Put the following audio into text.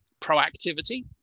proactivity